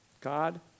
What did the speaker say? God